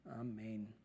Amen